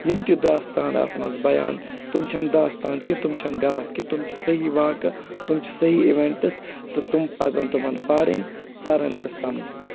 یِم تہِ داستان اَتھ منٛز بیان تِم چھَ نہٕ داستان کیٚنٛہہ تِم چھَ نہٕ غلَط کینٛہہ تٕم چھِ صحیح واقعہٕ تٕم چھِ صحیح اِوینٹس تہٕ تِم پَزَن تِمَن پَرٕنۍ سَرٕنۍ تہٕ سَمجٕنۍ